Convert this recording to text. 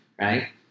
right